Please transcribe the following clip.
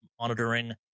monitoring